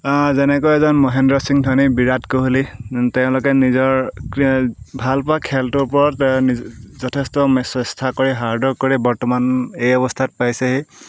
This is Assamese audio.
যেনেকৈ এজন মহেন্দ্ৰ চিং ধোনি বিৰাট কোহলী তেওঁলোকে নিজৰ ভাল পোৱা খেলটোৰ ওপৰত নিজে যথেষ্ট চেষ্টা কৰে হাৰ্ড ৱৰ্ক কৰে বৰ্তমান এই অৱস্থাত পাইছে